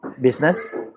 business